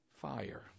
fire